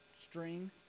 string